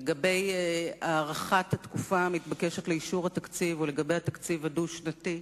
לגבי הארכת התקופה המתבקשת לאישור התקציב או לגבי התקציב הדו-שנתי,